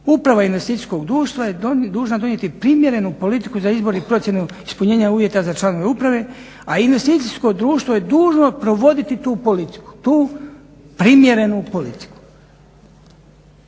uprava investicijskog društva je dužna donijeti primjerenu politiku za izbor i procjenu ispunjenja uvjeta za članove uprave a investicijsko društvo je dužno provoditi tu politiku,